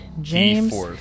James